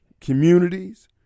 communities